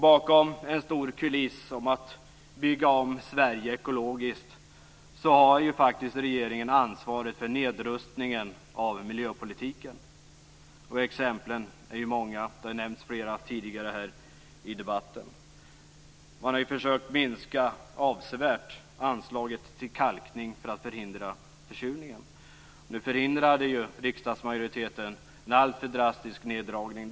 Bakom en stor kuliss om att bygga om Sverige ekologiskt har regeringen faktiskt ansvaret för nedrustningen av miljöpolitiken. Exemplen är många. Det har nämnts flera här i debatten. Man har försökt att avsevärt minska anslaget till kalkning för att förhindra försurningen, men riksdagsmajoriteten förhindrade en alltför drastisk neddragning.